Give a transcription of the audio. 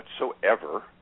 whatsoever